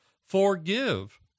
Forgive